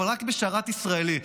אבל רק בשרת ישראלי.